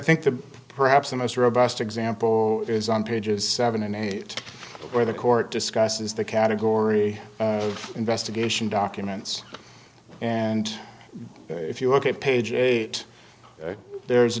think that perhaps the most robust example is on pages seven and eight where the court discusses the category of investigation documents and if you look at page eight there is a